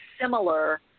similar